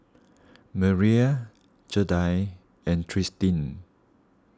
Merrie Jaida and Tristin